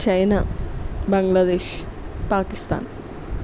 China Bangladesh Pakistan